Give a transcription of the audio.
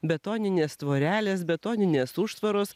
betoninės tvorelės betoninės užtvaros